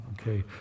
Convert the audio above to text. Okay